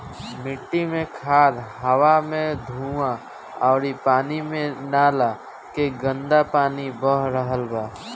मिट्टी मे खाद, हवा मे धुवां अउरी पानी मे नाला के गन्दा पानी बह रहल बा